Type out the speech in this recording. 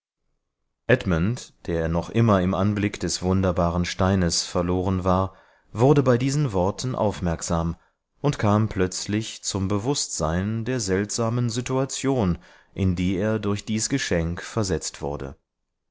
edmund der noch immer im anblick des wunderbaren steines verloren war wurde bei diesen worten aufmerksam und kam plötzlich zum bewußtsein der seltsamen situation in die er durch dies geschenk versetzt wurde